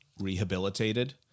rehabilitated